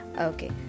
Okay